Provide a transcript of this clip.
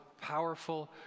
powerful